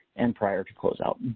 and prior to closeout.